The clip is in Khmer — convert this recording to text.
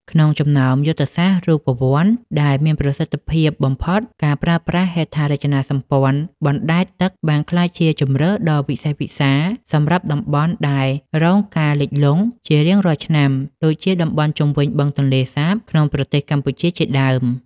ក្នុងចំណោមយុទ្ធសាស្ត្ររូបវន្តដែលមានប្រសិទ្ធភាពបំផុត ការប្រើប្រាស់ហេដ្ឋារចនាសម្ព័ន្ធបណ្តែតទឹកបានក្លាយជាជម្រើសដ៏វិសេសវិសាលសម្រាប់តំបន់ដែលរងការលិចលង់ជារៀងរាល់ឆ្នាំ ដូចជាតំបន់ជុំវិញបឹងទន្លេសាបក្នុងប្រទេសកម្ពុជាជាដើម។